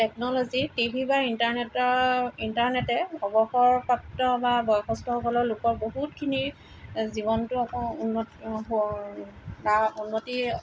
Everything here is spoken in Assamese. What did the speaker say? টেকনলজী টিভি বা ইণ্টাৰনেটৰ ইণ্টাৰনেটে অৱসৰপ্ৰাপ্ত বা বয়সস্থসকলৰ লোকৰ বহুতখিনি জীৱনটো উন্নত হোৱা বা উন্নতি